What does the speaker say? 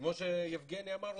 וכמו שיבגני אמר,